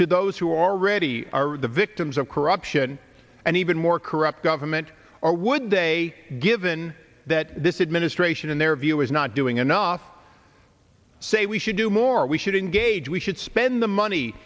to those who already are the victims of corruption and even more corrupt government or would they given that this administration in their view is not doing enough say we should do more we should gage we should spend the money